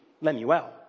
Lemuel